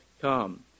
come